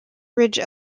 ridge